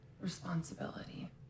responsibility